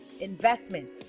investments